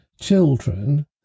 children